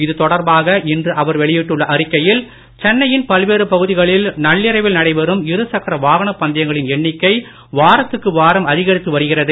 இதுதொடர்பாக இன்று அவர் வெளியிட்டுள்ள அறிக்கையில் சென்னையின் பல்வேறு பகுதிகளில் நள்ளிரவில் நடைபெறும் இரு சக்கர வாகன பந்தயங்களின் எண்ணிக்கை வாரத்துக்கு வாரம் அதிகரித்து வருகிறது